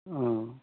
অঁ